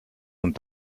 und